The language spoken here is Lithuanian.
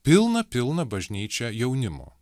pilną pilną bažnyčią jaunimo